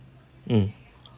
mm